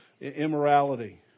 immorality